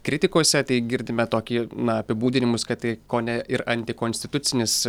kritikose tai girdime tokį na apibūdinimus kad kone ir antikonstitucinis